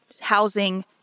housing